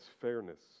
fairness